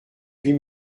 huit